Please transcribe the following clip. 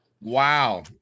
Wow